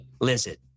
Lizard